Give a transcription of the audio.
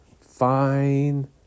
fine